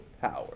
power